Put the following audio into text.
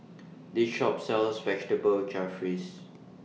This Shop sells Vegetable Jalfrezi